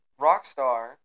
Rockstar